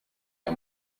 aya